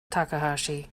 takahashi